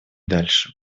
дальше